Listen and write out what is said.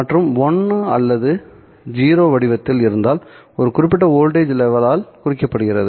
மற்றும் 1 அல்லது 0 வடிவத்தில் இருந்தால் ஒரு குறிப்பிட்ட வோல்டேஜ் லெவல் ஆல் குறிக்கப்படுகிறது